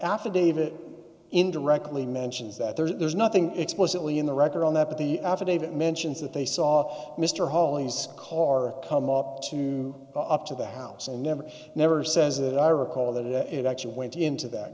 affidavit indirectly mentions that there's nothing explicitly in the record on that but the affidavit mentions that they saw mr holly's car come up up to the house and never never says that i recall that it actually went into that